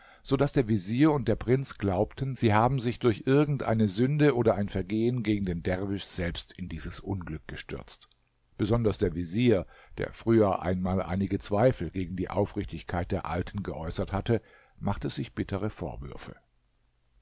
daß der vezier und der prinz glaubten sie haben sich durch irgend eine sünde oder ein vergehen gegen den derwisch selbst in dieses unglück gestürzt besonders der vezier der früher einmal einige zweifel gegen die aufrichtigkeit der alten geäußert hatte machte sich bittere vorwürfe